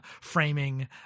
framing